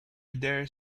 dare